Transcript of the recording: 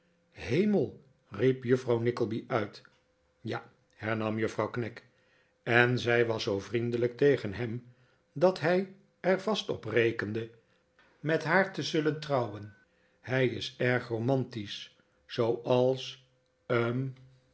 hemel riep juffrouw nickleby uit ja hernam juffrouw knag en zij was zoo vriendelijk tegen hem dat hij er vast op rekende met haar te zullen trouwen hij is erg romantisch zooals hm